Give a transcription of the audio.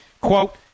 quote